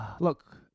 look